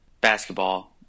basketball –